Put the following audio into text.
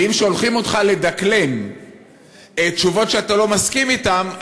ואם שולחים אותך לדקלם תשובות שאתה לא מסכים אתן,